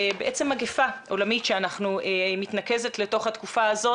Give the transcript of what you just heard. בעצם מגפה עולמית שמתנקזת לתוך התקופה הזאת